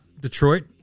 Detroit